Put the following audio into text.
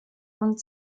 und